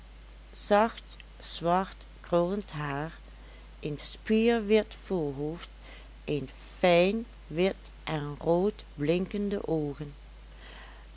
zwart krullend haar een spierwit voorhoofd een fijn wit en rood blinkende oogen